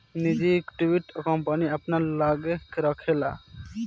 निजी equity, company अपना लग्गे राखेला